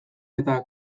eta